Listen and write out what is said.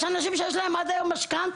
יש אנשים שיש להם עד היום משכנתא,